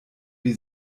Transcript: wie